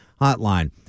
hotline